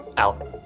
out.